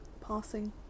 passing